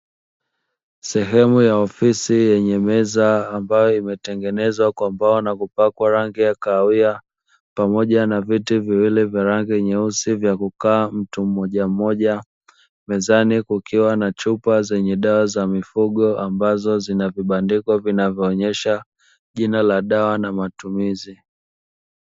Sehemu ya ofisi yenye meza ambayo imetengenezwa kwa mbao na kupakwa rangi ya kahawia pamoja na viti viwili vya rangi nyeusi vya kukaa mtu mmoja mmoja. Mezani kukiwa na chupa zenye dawa za mifugo ambazo zina vibandiko vinavyoonyesha jina la dawa na matumizi.